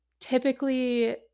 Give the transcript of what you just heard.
typically